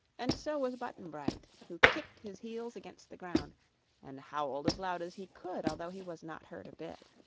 and so was button-bright, who kicked his heels against the ground and howled as loud as he could, although he was not hurt a bit.